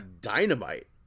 dynamite